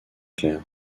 clair